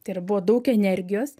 tai yra buvo daug energijos